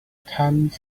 time